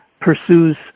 pursues